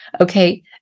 Okay